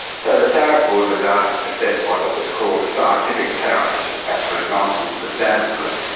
so the tariff board was asked to set what was called a scientific tariff, which is absolute nonsense but sounded good,